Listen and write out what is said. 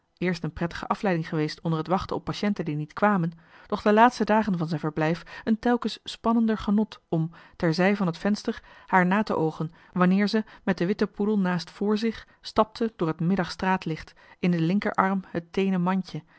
eerst een prettige afleiding geweest onder het wachten op patienten die niet kwamen doch de laatste dagen van zijn verblijf een telkens spannender genot om terzij van het venster haar na te oogen wanneer ze met den witten poedel naast vr zich stapte door het middag straatlicht in den linkerarm het teenen mandje